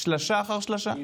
הצהרת